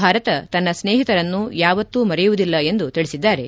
ಭಾರತ ತನ್ನ ಸ್ನೇಹಿತರನ್ನು ಯಾವತ್ತೂ ಮರೆಯುವುದಿಲ್ಲ ಎಂದು ತಿಳಿಸಿದ್ದಾರೆ